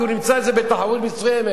כי הוא נמצא באיזו תחרות מסוימת,